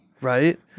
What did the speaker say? right